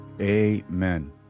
Amen